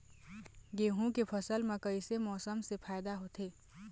गेहूं के फसल म कइसे मौसम से फायदा होथे?